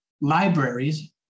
libraries